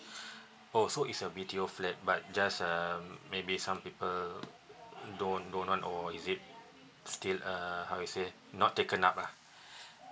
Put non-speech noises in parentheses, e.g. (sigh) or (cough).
(breath) oh so is a B_T_O flat but just uh maybe some people don't don't own or is it still uh how you say not taken up lah